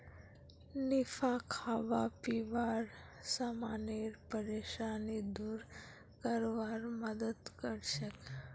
निफा खाबा पीबार समानेर परेशानी दूर करवार मदद करछेक